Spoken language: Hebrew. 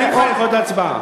אני מוכן לדחות את ההצבעה.